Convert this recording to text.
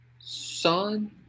son